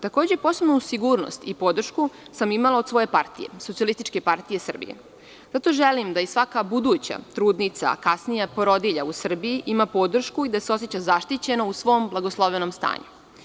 Takođe, posebnu sigurnost i podršku sam imala od svoje partije, Socijalističke partije Srbije, zato želim da i svaka buduća trudnica, a kasnije porodilja u Srbiji, ima podršku i da se oseća zaštićeno u svom blagoslovenom stanju.